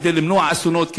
כדי למנוע אסונות,